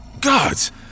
Gods